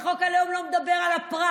כי חוק הלאום לא מדבר על הפרט.